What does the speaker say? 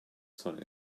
sign